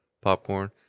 popcorn